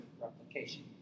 replication